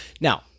now